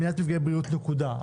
למניעת מפגעי בריאות, נקודה.